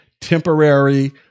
temporary